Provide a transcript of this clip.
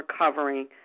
recovering